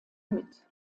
mit